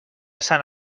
sant